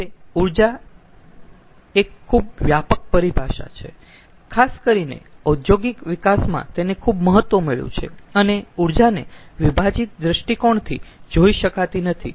હવે ઊર્જા એક ખુબ વ્યાપક પરિભાષા છે ખાસ કરીને ઓદ્યોગિક વિકાસમાં તેને ખુબ મહત્વ મળ્યું છે અને ઊર્જાને વિભાજીત દૃષ્ટિકોણથી જોઈ શકાતી નથી